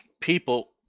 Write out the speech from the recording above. people